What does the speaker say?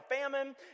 famine